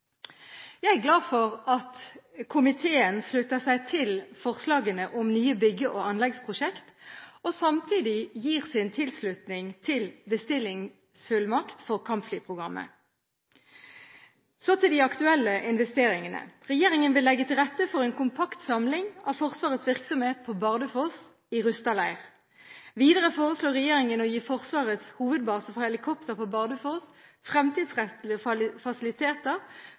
Jeg er glad for at komiteen slutter seg til forslagene om nye bygge- og anleggsprosjekter, og samtidig gir sin tilslutning til bestillingsfullmakt for kampflyprogrammet. Så til de aktuelle investeringene: Regjeringen vil legge til rette for en kompakt samling av Forsvarets virksomhet på Bardufoss i Rusta leir. Videre foreslår regjeringen å gi Forsvarets hovedbase for helikopter på Bardufoss fremtidsrettede fasiliteter